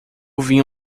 vinho